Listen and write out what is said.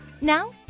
Now